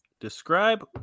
Describe